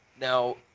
Now